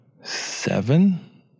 seven